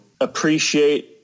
appreciate